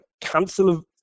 cancel